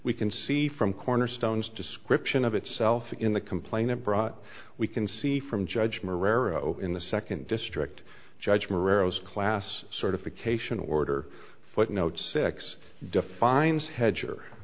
we can see from cornerstones description of itself in the complainant brought we can see from judge morrow in the second district judge morrow's class certification order footnote six defines hedge